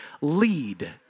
lead